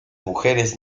mujeres